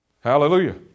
Hallelujah